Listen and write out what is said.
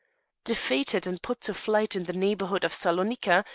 defeated and put to flight in the neighbourhood of salonica,